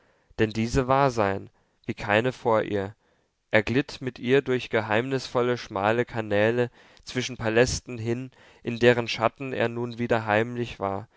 denn diese war sein wie keine vor ihr er glitt mit ihr durch geheimnisvolle schmale kanäle zwischen palästen hin in deren schatten er nun wieder heimisch war